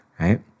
right